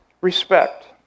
Respect